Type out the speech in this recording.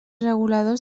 reguladors